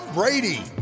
Brady